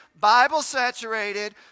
Bible-saturated